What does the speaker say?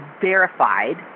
verified